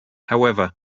however